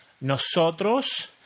nosotros